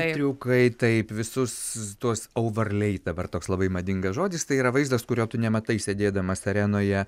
triukai taip visus tuos auvarliai dabar toks labai madingas žodis tai yra vaizdas kurio tu nematai sėdėdamas arenoje